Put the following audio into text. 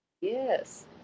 yes